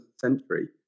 century